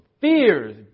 fears